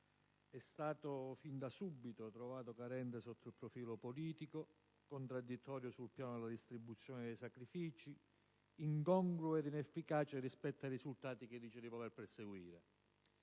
Anzi, sin da subito è apparso carente sotto il profilo politico, contraddittorio sul piano della distribuzione dei sacrifici, incongruo ed inefficace rispetto ai risultati che dice di voler perseguire.